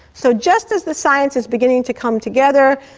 so just as the science is beginning to come together,